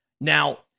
Now